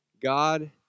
God